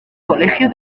colegio